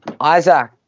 Isaac